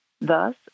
Thus